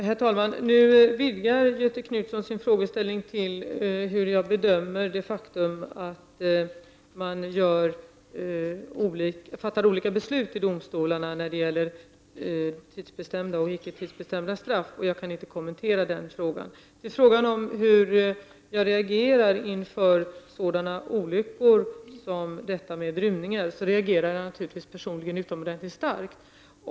Herr talman! Nu vidgar Göthe Knutson sin frågeställning till frågan hur jag bedömer det faktum att man fattar olika beslut i domstolarna när det gäller tidsbestämda och icke tidsbestämda straff. Jag kan inte kommentera den frågan. Så till frågan om hur jag reagerar på sådana olyckor som rymningar är. Jag reagerar naturligtvis personligen utomordentligt starkt.